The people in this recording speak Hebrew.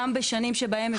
גם בשנים שבהן הפסקנו.